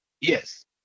Yes